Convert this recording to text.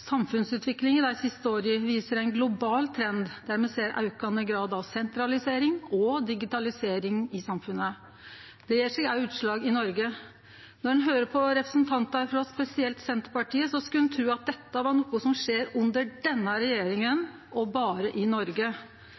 Samfunnsutviklinga dei siste åra viser ein global trend der me ser aukande grad av sentralisering og digitalisering i samfunnet. Det gjev seg òg utslag i Noreg. Når ein høyrer på representantar frå spesielt Senterpartiet, skulle ein tru at dette er noko som skjer under denne regjeringa og berre i Noreg.